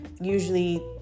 usually